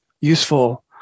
useful